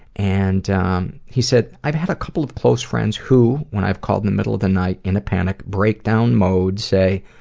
and um he said, i've had a couple of close friends who, when i've called in the middle of the night in a panic, breakdown mode say,